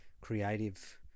creative